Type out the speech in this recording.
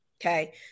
okay